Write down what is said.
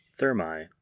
thermi